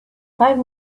five